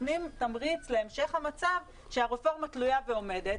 נותנים תמריץ להמשך המצב שהרפורמה תלויה ועומדת,